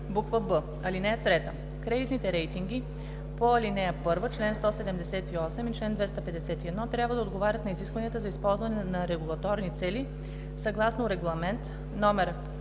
буква „б”. (3) Кредитните рейтинги по ал. 1, чл. 178 и чл. 251 трябва да отговарят на изискванията за използване за регулаторни цели съгласно Регламент (ЕО) №